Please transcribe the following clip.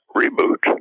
reboot